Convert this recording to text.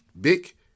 Big